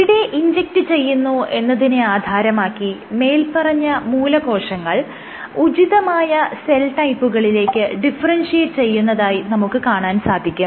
എവിടെ ഇൻജെക്റ്റ് ചെയ്യുന്നു എന്നതിനെ ആധാരമാക്കി മേല്പറഞ്ഞ മൂലകോശങ്ങൾ ഉചിതമായ സെൽ ടൈപ്പുകളിലേക്ക് ഡിഫറെൻഷിയേറ്റ് ചെയ്യുന്നതായി നമുക്ക് കാണാൻ സാധിക്കും